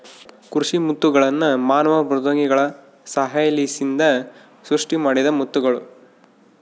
ಕೃಷಿ ಮುತ್ತುಗಳ್ನ ಮಾನವ ಮೃದ್ವಂಗಿಗಳ ಸಹಾಯಲಿಸಿಂದ ಸೃಷ್ಟಿಮಾಡಿದ ಮುತ್ತುಗುಳು